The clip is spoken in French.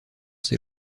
ses